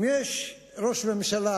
אם יש ראש ממשלה